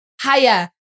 higher